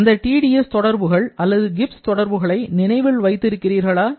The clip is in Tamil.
அந்த TdS தொடர்புகள் அல்லது கிப்ஸ் தொடர்புகளை நினைவில் வைத்து இருக்கிறீர்களா